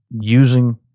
using